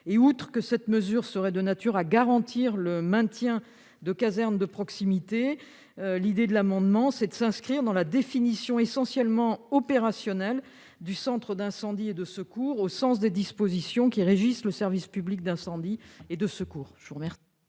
mutualisation. Cette mesure serait de nature à garantir le maintien de casernes de proximité, mais nous souhaitons aussi nous inscrire dans la définition essentiellement opérationnelle du centre d'incendie et de secours, au sens des dispositions qui régissent le service public d'incendie et de secours. Quel